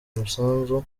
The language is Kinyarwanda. umusanzu